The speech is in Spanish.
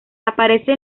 aparece